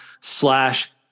slash